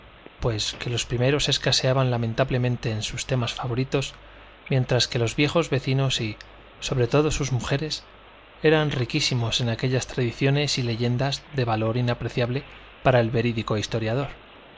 pues que los primeros escaseaban lamentablemente en sus temas favoritos mientras que los viejos vecinos y sobre todo sus mujeres eran riquísimos en aquellas tradiciones y leyendas de valor inapreciable para el verídico historiador